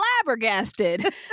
flabbergasted